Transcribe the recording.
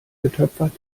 getöpfert